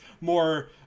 more